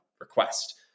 request